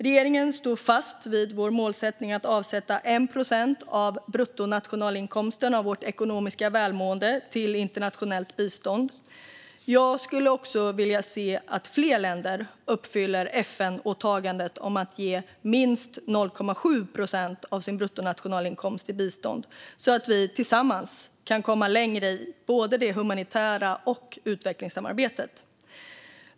Regeringen står fast vid sin målsättning att avsätta 1 procent av bruttonationalinkomsten, vårt ekonomiska välmående, till internationellt bistånd. Jag skulle också vilja se att fler länder uppfyller FN-åtagandet om att ge minst 0,7 procent av sin bruttonationalinkomst i bistånd, så att vi tillsammans kan komma längre i både det humanitära samarbetet och utvecklingssamarbetet.